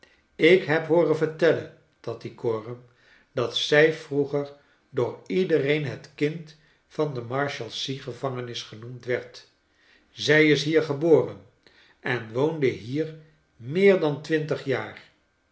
ik heb hooren vertellen tattycoram dat zij vroeger door iedereen het kind van de marshalseagevangenis genoemd werd zij is hier geboren en woonde hier meer dan twintig jaar